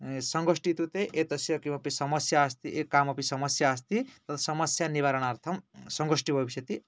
सङ्गोष्टी इत्युक्ते ये तस्य किमपि समस्या अस्ति कामपि समस्या अस्ति तद् समस्या निवरणार्थं सङ्गोष्टी भविष्यति